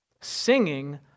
Singing